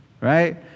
right